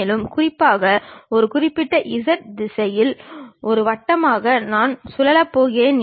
மேற்பரப்பில் அந்த பொருளானது உண்மையில் செவ்வக வடிவில் இருக்கும்